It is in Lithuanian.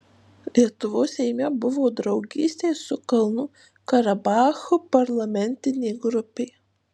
lietuvos seime buvo draugystės su kalnų karabachu parlamentinė grupė